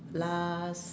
last